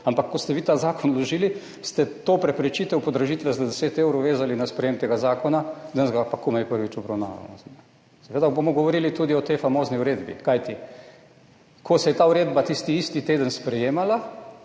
Ampak ko ste vi ta zakon vložili, ste to preprečitev podražitve za 10 evrov vezali na sprejetje tega zakona, danes ga pa komaj prvič obravnavamo. Seveda bomo govorili tudi o tej famozni uredbi. Kajti ko se je ta uredba tisti isti teden sprejemala,